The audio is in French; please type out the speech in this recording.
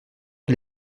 que